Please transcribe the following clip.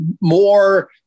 more